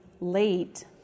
late